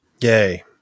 yay